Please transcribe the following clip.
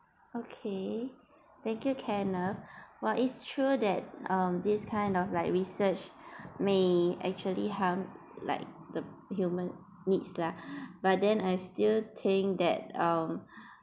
okay thank you kenneth while it's true that um this kind of like research may actually harm like the human needs lah but then I still think that uh